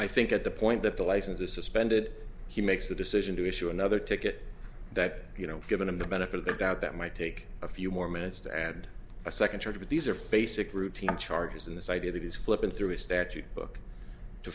i think at the point that the license is suspended he makes the decision to issue another ticket that you know given him the benefit of the doubt that might take a few more minutes to add a second charge but these are facing routine charges in this idea that is flipping through a statute book to